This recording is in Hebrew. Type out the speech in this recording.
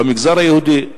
במגזר היהודי,